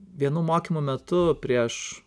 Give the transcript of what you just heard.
vienų mokymų metu prieš